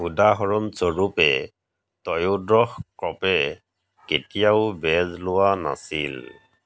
উদাহৰণস্বৰূপে ত্ৰয়োদশ কৰ্পে কেতিয়াও বেজ লোৱা নাছিল